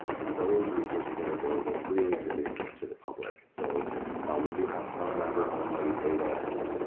and those resources are available freely to the to the public. so while we do have some member-only data and